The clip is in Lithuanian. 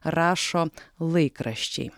rašo laikraščiai